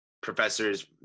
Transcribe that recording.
professors